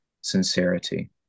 sincerity